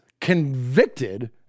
convicted